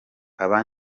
aba